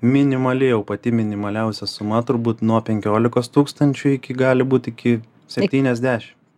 minimali jau pati minimaliausia suma turbūt nuo penkiolikos tūkstančių iki gali būti iki septyniasdešimt